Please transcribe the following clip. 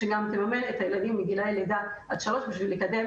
תממן גם את החינוך של גיל לידה עד שלוש כדי לקדם